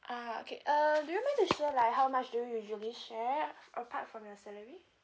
ah okay uh do you mind to share like how much do you usually share apart from your salary